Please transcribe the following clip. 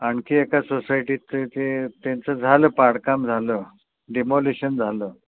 आणखी एका सोसायटीचं ते त्यांचं झालं पाडकाम झालं डेमॉलिशन झालं